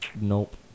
nope